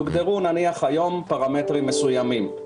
יוגדרו נניח היום פרמטרים מסוימים.